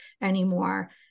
anymore